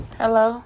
hello